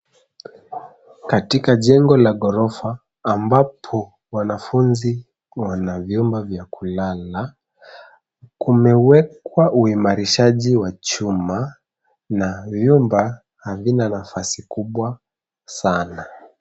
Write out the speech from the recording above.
Katika jengo la ghorofa ambapo wanafunzi wana vyumba vya kulala, kumewekwa uimarishaji wa chuma na vyumba havina nafasi kubwa sana.